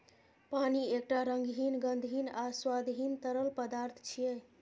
पानि एकटा रंगहीन, गंधहीन आ स्वादहीन तरल पदार्थ छियै